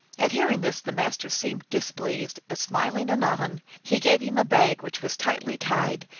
at hearing this the master seemed displeased, but, smiling anon, he gave him a bag which was tightly tied,